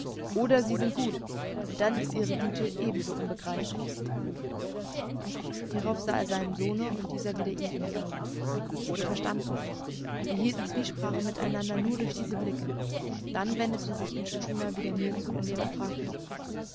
oder sie sind gut und dann ist ihre güte ebenso unbegreiflich hierauf sah er seinem sohne und dieser wieder ihm in die augen sie verstanden sich sie hielten zwiesprache miteinander nur durch diese blicke dann wendete sich intschu tschuna wieder mir zu indem er fragte